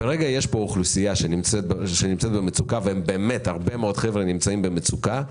יש כאן אוכלוסייה שנמצאת במצוקה ובאמת הרבה מאוד חבר'ה נמצאים במצוקה,